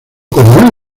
como